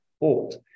old